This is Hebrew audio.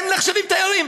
הם נחשבים תיירים,